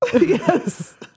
Yes